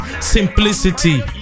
Simplicity